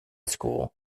school